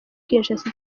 kinshasa